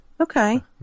Okay